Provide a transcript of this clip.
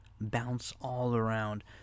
bounce-all-around